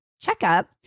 checkup